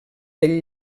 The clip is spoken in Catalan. del